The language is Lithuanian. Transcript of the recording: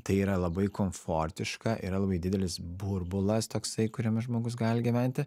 tai yra labai komfortiška yra labai didelis burbulas toksai kuriame žmogus gali gyventi